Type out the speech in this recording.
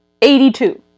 82